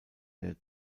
der